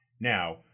Now